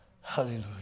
Hallelujah